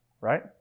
right